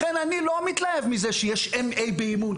לכן אני לא מתלהב מזה שיש MA באימון,